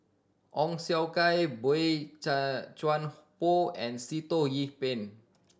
Ong Siong Kai Boey Chuan Poh and Sitoh Yih Pin